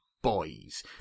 Boys